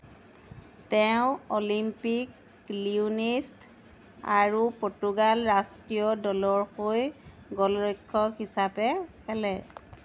তেওঁ অলিম্পিক লিয়োনেইছ আৰু পৰ্তুগাল ৰাষ্ট্ৰীয় দলৰ হৈ গ'লৰক্ষক হিচাপে খেলে